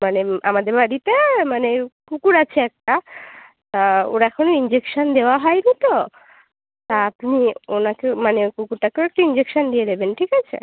মানে আমাদের বাড়িতে মানে কুকুর আছে একটা তা ওর এখন ইনজেকশান দেওয়া হয় নি তো তা আপনি ওঁকে মানে কুকুরটাকেও একটু ইনজেকশান দিয়ে দেবেন ঠিক আছে